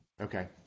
okay